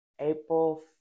April